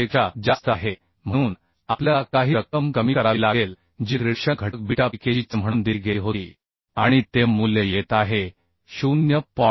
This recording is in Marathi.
पेक्षा जास्त आहे म्हणून आपल्याला काही रक्कम कमी करावी लागेल जी रिडक्शन घटक बीटा Pkg चे म्हणून दिली गेली होती आणि ते मूल्य येत आहे 0